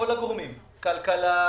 כל הגורמים כלכלה,